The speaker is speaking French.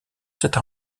cette